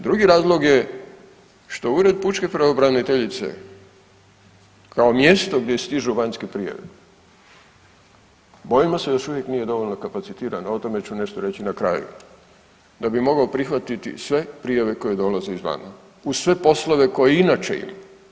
Drugi razlog je što Ured pučke pravobraniteljice kao mjesto gdje stižu vanjske prijave, bojimo se još uvijek nije dovoljno kapacitirano, o tome ću nešto reći na kraju, da bi mogao prihvatiti sve prijave koje dolaze izvana, uz sve poslove koje inače ima.